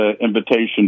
invitation